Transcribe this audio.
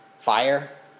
fire